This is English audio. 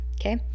okay